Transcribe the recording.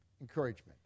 encouragement